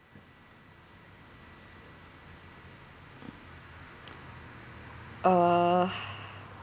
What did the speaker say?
err